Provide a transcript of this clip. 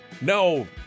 No